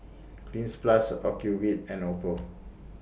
Cleanz Plus Ocuvite and Oppo